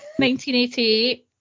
1988